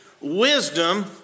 wisdom